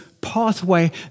pathway